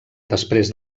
després